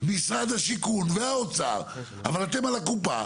משרד השיכון והאוצר על הקופה.